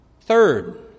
Third